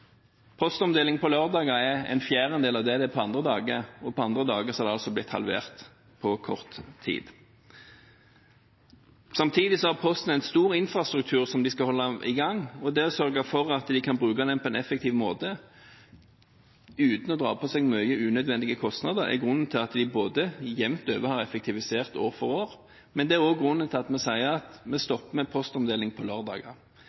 Postomdeling på lørdager er en fjerdedel av det som er på andre dager, og andre dager er det altså blitt halvert – på kort tid. Samtidig har Posten en stor infrastruktur som de skal holde i gang. Det å sørge for at de kan bruke den på en effektiv måte, uten å pådra seg mye unødvendige kostnader, er grunnen til at de jevnt over har effektivisert år for år. Det er også grunnen til at en slutter med postomdeling på